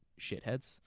shitheads